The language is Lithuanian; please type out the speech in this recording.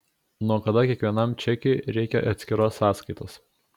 nuo kada kiekvienam čekiui reikia atskiros sąskaitos